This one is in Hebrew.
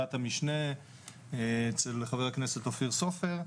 ובוועדת המשנה אצל חבר הכנסת אופיר סופר.